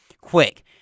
quick